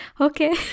okay